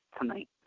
tonight